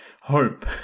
hope